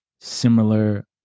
similar